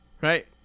Right